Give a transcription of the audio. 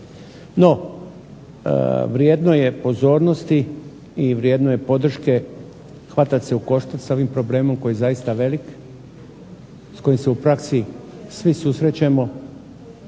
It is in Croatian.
No vrijedno je pozornosti i vrijedno je podrške hvatat se u koštac sa ovim problemom koji je zaista velik, s kojim se u praksi svi susrećemo.